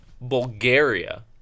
Bulgaria